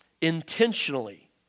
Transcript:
intentionally